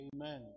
Amen